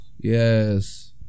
Yes